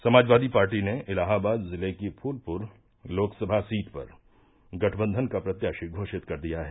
Samajwadi party ने इलाहाबाद जिले की फूलपुर लोकसभा सीट पर गठबंघन का प्रत्याशी घोषित कर दिया है